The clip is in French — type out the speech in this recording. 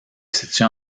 situe